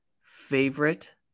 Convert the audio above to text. favorite